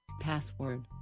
Password